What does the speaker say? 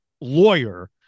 lawyer